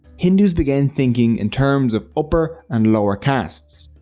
hindus began thinking in terms of upper and lower castes.